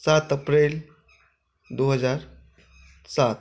सात अप्रैल दू हजार सात